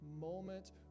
moment